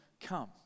come